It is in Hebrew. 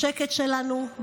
בשקט שלנו,